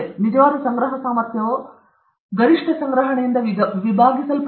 ನಿಜವಾದ ಸಂಗ್ರಹ ಸಾಮರ್ಥ್ಯವು ಗರಿಷ್ಟ ಸಂಗ್ರಹಣೆಯಿಂದ ವಿಭಾಗಿಸಲ್ಪಟ್ಟಿದೆ